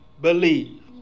believe